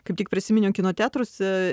kaip tik prisiminiau kino teatruose